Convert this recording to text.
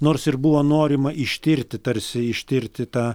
nors ir buvo norima ištirti tarsi ištirti tą